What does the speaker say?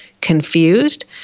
confused